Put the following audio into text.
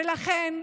ולכן,